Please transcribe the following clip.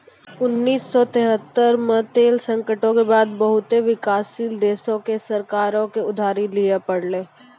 उन्नीस सौ तेहत्तर मे तेल संकटो के बाद बहुते विकासशील देशो के सरकारो के उधारी लिये पड़लै